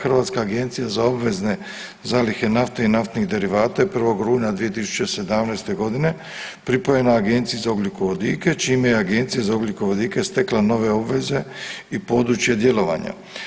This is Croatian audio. Hrvatska agencije za obvezne zalihe nafte i naftnih derivata je 1. rujna 2017.g. pripojena Agenciji za ugljikovodike čime je Agencija za ugljikovodike stekla nove obveze i područje djelovanja.